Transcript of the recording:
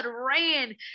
ran